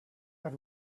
that